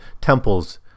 temples